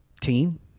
team